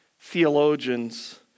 theologians